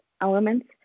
elements